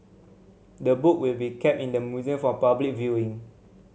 the book will be kept in the museum for public viewing